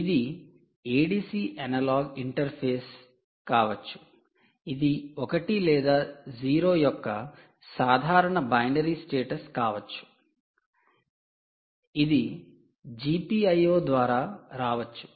ఇది ADC analogue interface కావచ్చు ఇది 1 లేదా 0 యొక్క సాధారణ బైనరీ స్టేటస్ కావచ్చు ఇది 'GPIO' ద్వారా రావచ్చు